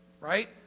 right